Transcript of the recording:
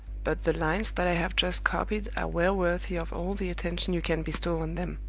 but the lines that i have just copied are well worthy of all the attention you can bestow on them.